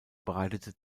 bereitete